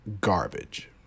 garbage